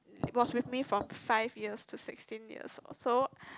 it was with me from five years to sixteen years or so